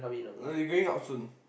oh you going out soon